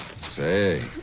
Say